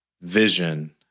vision